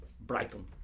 Brighton